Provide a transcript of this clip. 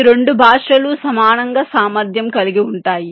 ఈ రెండు భాషలూ సమానంగా సామర్థ్యం కలిగి ఉంటాయి